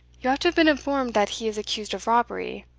you ought to have been informed that he is accused of robbery,